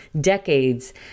decades